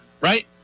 Right